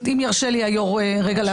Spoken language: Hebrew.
אם ירשה לי היו"ר רגע להפריע.